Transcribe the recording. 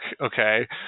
okay